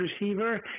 receiver